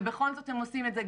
ובכל זאת הם עושים את זה,